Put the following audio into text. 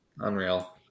Unreal